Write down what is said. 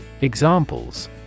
Examples